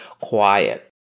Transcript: quiet